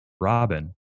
Robin